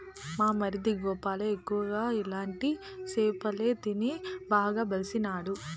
మా మరిది గోవాల ఎక్కువ ఇలాంటి సేపలే తిని బాగా బలిసినాడు